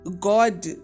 God